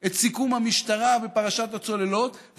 את סיכום המשטרה בפרשת הצוללות,